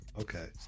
Okay